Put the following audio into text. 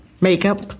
makeup